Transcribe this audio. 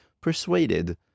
persuaded